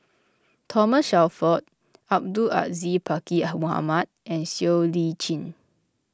Thomas Shelford Abdul Aziz Pakkeer Mohamed and Siow Lee Chin